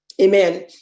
Amen